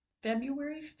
February